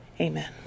Amen